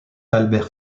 albert